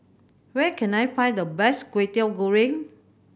where can I find the best Kway Teow Goreng